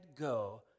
go